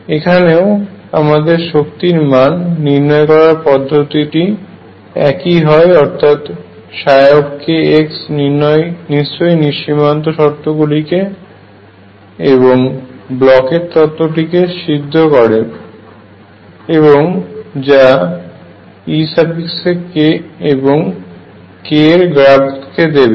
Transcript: এখানেও আমাদের শক্তির মান নির্ণয় করার পদ্ধতিটি একই হয় অর্থাৎ k নিশ্চয়ই সীমান্ত শর্তগুলিকে এবং ব্লকের তত্ত্বটিকেBlochs theorem সিদ্ধ করবে এবং যা Ek এবং k এর গ্রাফ কে দেবে